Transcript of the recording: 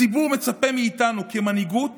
הציבור מצפה מאיתנו כמנהיגות